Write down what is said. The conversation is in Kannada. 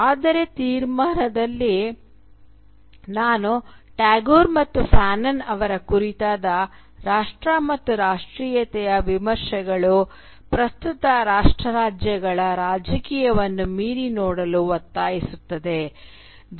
ಆದರೆ ತೀರ್ಮಾನದಲ್ಲಿ ನಾನು ಟ್ಯಾಗೋರ್ ಮತ್ತು ಫ್ಯಾನನ್ ಅವರ ಕುರಿತಾದ ರಾಷ್ಟ್ರ ಮತ್ತು ರಾಷ್ಟ್ರೀಯತೆಯ ವಿಮರ್ಶೆಗಳು ಪ್ರಸ್ತುತ ರಾಷ್ಟ್ರ ರಾಜ್ಯಗಳ ರಾಜಕೀಯವನ್ನು ಮೀರಿ ನೋಡಲು ಒತ್ತಾಯಿಸುತ್ತದೆ